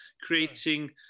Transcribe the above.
creating